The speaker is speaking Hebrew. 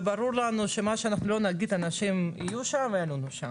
וברור לנו שמה שאנחנו לא נגיד אנשים יהיו שם וילונו שם.